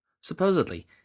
Supposedly